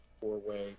four-way